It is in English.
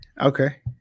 Okay